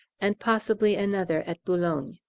and possibly another at boulogne.